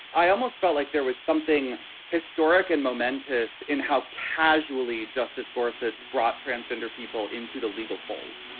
i almost felt like there was something historic and momentous in how casually justice gorsuch brought transgender people into the legal fold.